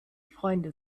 freunde